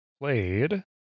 played